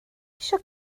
eisiau